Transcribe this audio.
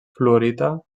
fluorita